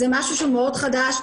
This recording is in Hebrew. זה משהו מאוד חדש.